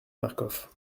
marcof